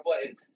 button